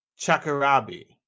Chakarabi